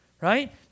Right